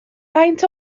faint